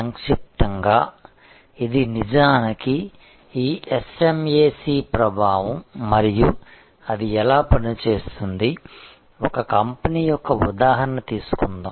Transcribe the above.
సంక్షిప్తంగా ఇది నిజానికి ఈ SMAC ప్రభావం మరియు అది ఎలా పనిచేస్తుంది ఒక కంపెనీ యొక్క ఉదాహరణ తీసుకుందాం